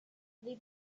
they